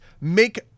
make